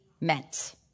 meant